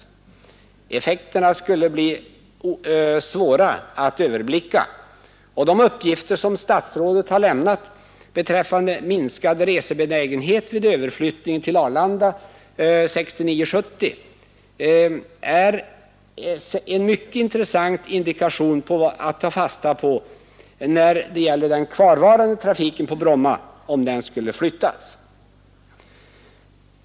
Ffekterna är svåra att helt överblicka. De uppgifter som statsrådet har lämnat rörande minskad resebenägenhet vid överflyttningen till Arlanda 1969—1970 är en mycket intressant indikation att ta fasta på när det gäller frågan huruvida den kvarvarande inrikestrafiken på Bromma skall flyttas eller inte.